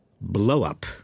blow-up